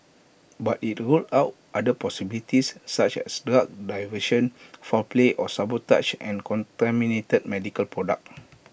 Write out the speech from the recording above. but IT ruled out other possibilities such as drug diversion foul play or sabotage and contaminated medical products